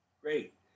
Great